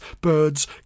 birds